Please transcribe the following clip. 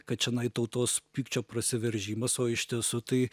kad čianai tautos pykčio prasiveržimas o iš tiesų tai